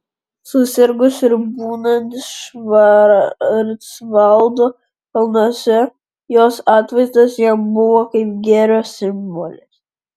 susirgus ir būnant švarcvaldo kalnuose jos atvaizdas jam buvo kaip gėrio simbolis